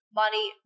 money